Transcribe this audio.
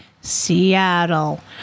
Seattle